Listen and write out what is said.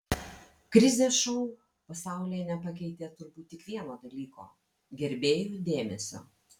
krizė šou pasaulyje nepakeitė turbūt tik vieno dalyko gerbėjų dėmesio